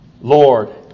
Lord